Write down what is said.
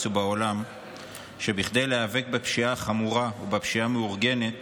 ובעולם שכדי להיאבק בפשיעה החמורה ובפשיעה המאורגנת